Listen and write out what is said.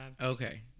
okay